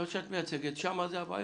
מהמקום שאת מייצגת וצריך להתייחס.